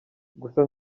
gusa